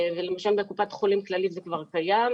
למשל בקופת חולים כללית זה כבר קיים.